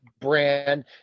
brand